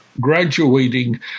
graduating